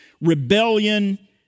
rebellion